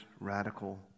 radical